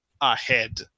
ahead